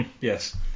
Yes